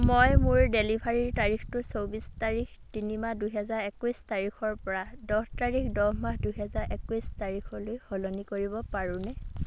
মই মোৰ ডেলিভাৰীৰ তাৰিখটো চৌব্বিছ তাৰিখ তিনি মাহ দুহেজাৰ একৈছ তাৰিখৰ পৰা দহ মাহ দহ তাৰিখ দুহেজাৰ একৈছ তাৰিখলৈ সলনি কৰিব পাৰোঁনে